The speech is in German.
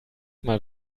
mal